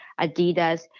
Adidas